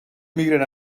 migren